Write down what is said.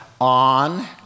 on